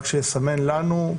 רק שיסמן לנו,